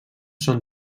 són